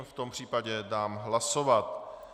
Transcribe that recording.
V tom případě dám hlasovat.